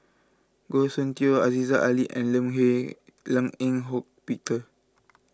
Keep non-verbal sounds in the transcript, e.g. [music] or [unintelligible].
Goh Soon Tioe Aziza Ali and Lim [unintelligible] Lim Eng Hock Peter